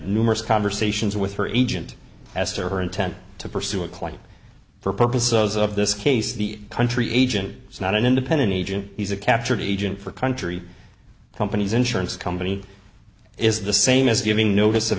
numerous conversations with her agent as to her intent to pursue it quite for purposes of this case the country agent is not an independent agent he's a captured agent for country companies insurance company is the same as giving notice of